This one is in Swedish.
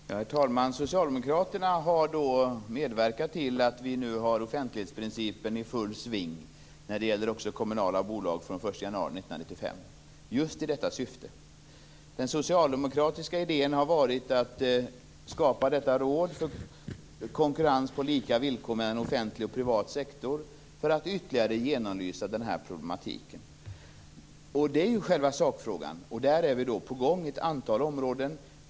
Herr talman! Socialdemokraterna har medverkat till att vi nu har offentlighetsprincipen i full sving, också när det gäller kommunala bolag, från den 1 januari 1995 just i detta syfte. Den socialdemokratiska idén har varit att skapa detta råd för konkurrens på lika villkor mellan offentlig och privat sektor för att ytterligare genomlysa denna problematik. Detta är själva sakfrågan, och vi är på gång inom ett antal områden.